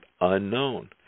Unknown